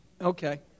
Okay